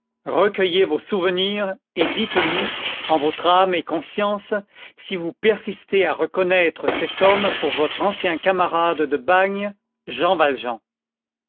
recueillez vos souvenirs et dites-nous en votre âme et conscience si vous persistez à reconnaître cet homme pour votre ancien camarade de bagne jean valjean